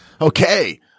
Okay